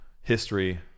history